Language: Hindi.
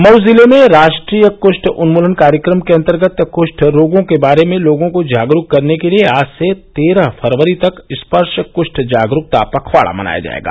मऊ जिले में राष्ट्रीय कुष्ठ उन्मूलन कार्यक्रम के अंतर्गत कुष्ठ रोगों के बारे में लोगों को जागरूक करने के लिए आज से तेरह फरवरी तक स्पर्श कुष्ठ जागरूकता पखवाड़ा मनाया जाएगा